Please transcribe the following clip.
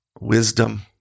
wisdom